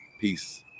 Peace